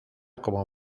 como